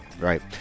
Right